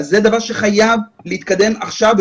זה דבר שחייב להתקדם עכשיו,